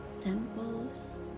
temples